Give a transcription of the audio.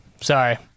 Sorry